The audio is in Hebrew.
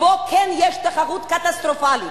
וזה עוד חוליה בשרשרת קטסטרופלית.